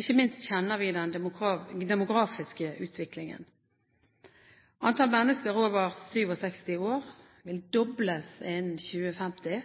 Ikke minst kjenner vi den demografiske utviklingen. Antallet mennesker over 67 år vil dobles innen 2050,